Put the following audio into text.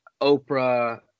Oprah